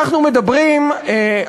אנחנו מדברים,